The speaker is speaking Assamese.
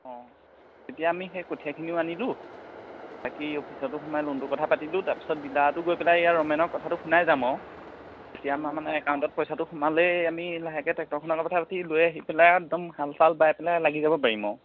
অঁ এতিয়া আমি সেই কঠিয়াখিনিও আনিলোঁ বাকী অফিচতো সোমাই লোনটো কথা পাতিলোঁ তাৰপিছত ডিলাৰতো গৈ পেলাই ইয়াত ৰমেনক কথাটো শুনাই যাম আৰু তেতিয়া আমাৰ মানে একাউণ্টত পইচাটো সোমালেই আমি লাহেকে টেক্টৰখনৰ কথা পাতি লৈ আহি পেলাই আৰু একদম হাল চাল বাই পেলাই লাগি যাব পাৰিম আৰু